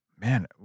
man